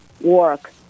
work